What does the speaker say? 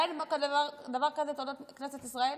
היה דבר כזה בתולדות כנסת ישראל,